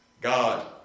God